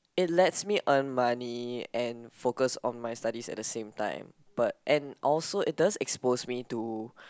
it lets me earn money and focus on my study at the same time but and also it does expose me to